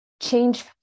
change